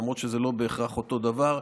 למרות שזה לא בהכרח אותו דבר,